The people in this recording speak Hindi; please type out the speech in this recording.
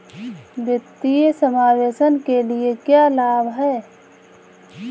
वित्तीय समावेशन के क्या लाभ हैं?